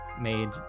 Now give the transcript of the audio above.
Made